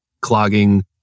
clogging